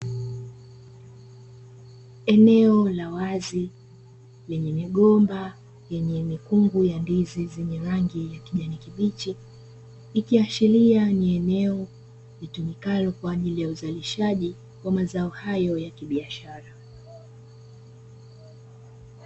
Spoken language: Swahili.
Eneo la wazi lenye migomba yenye mikungu ya ndizi; yenye rangi ya kijani kibichi, ikiashiria ni eneo litumikalo kwa ajili ya uzalishaji wa mazao hayo ya kibiashara.